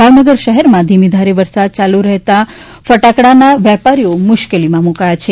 ભાવનગર શહેરમાં ધીમી ધારે વરસાદ ચાલુ રહેલા ફટાકડાના વેપારીઓ મુશ્કેલીમાં મુકાયા છે